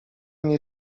nie